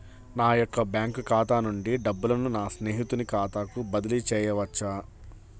నా యొక్క బ్యాంకు ఖాతా నుండి డబ్బులను నా స్నేహితుని ఖాతాకు బదిలీ చేయవచ్చా?